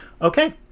okay –